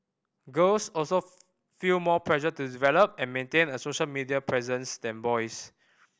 girls also feel more pressure to develop and maintain a social media presence than boys